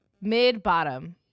mid-bottom